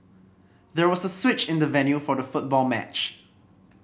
there was a switch in the venue for the football match